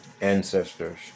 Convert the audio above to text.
ancestors